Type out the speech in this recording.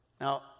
Now